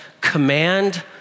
command